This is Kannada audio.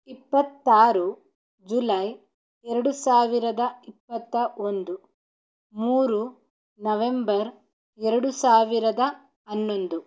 ಇಪ್ಪತ್ತಾರು ಜುಲೈ ಎರಡು ಸಾವಿರದ ಇಪ್ಪತ್ತ ಒಂದು ಮೂರು ನವೆಂಬರ್ ಎರಡು ಸಾವಿರದ ಹನ್ನೊಂದು